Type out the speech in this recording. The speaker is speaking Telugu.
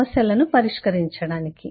సమస్యలను పరిష్కరించడానికి